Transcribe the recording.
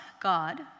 God